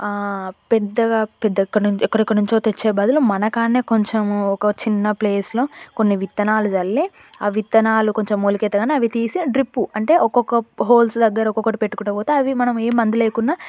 పెద్దగా పెద్ద ఎక్కడెక్కడ నుంచో తెచ్చే బదులు మనకాడనే కొంచము ఒక చిన్న ప్లేస్లో కొన్ని విత్తనాలు జల్లి ఆ విత్తనాలు కొంచెం మొలకెత్తగానే అవి తీసి డ్రిప్పు అంటే ఒక్కొక్క హోల్స్ దగ్గర ఒక్కొక్కటి పెట్టుకుంటా పోతే అవి మనం ఏం మందులేయకున్నా